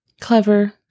Clever